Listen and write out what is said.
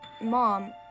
mom